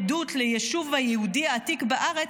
עדות ליישוב היהודי העתיק בארץ,